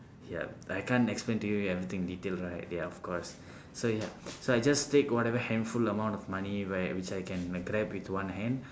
yup I can't explain to you everything in detail right ya of course so yup so I just take whatever handful amount of money where which I can grab with one hand